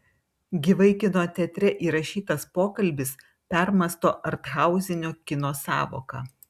gyvai kino teatre įrašytas pokalbis permąsto arthausinio kino sąvoką